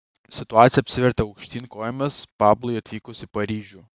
situacija apsivertė aukštyn kojomis pablui atvykus į paryžių